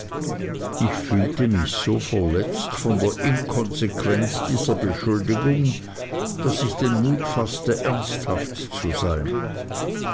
ich fühlte mich so verletzt von der inkonsequenz dieser beschuldigung daß ich mut faßte ernsthaft zu sein